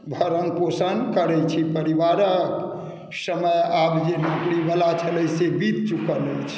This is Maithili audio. भरण पोषण करैत छी परिवारक समय आब जे नौकरीवला छलै से बीत चुकल अछि